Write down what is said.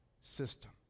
system